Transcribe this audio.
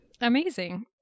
Amazing